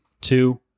two